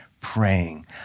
praying